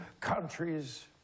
countries